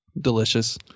Delicious